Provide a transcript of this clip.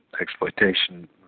exploitation